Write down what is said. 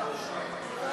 ויעל